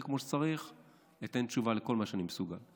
כמו שצריך אתן תשובה לכל מה שאני מסוגל.